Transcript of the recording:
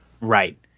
Right